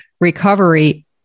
recovery